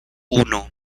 uno